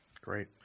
Great